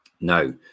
Now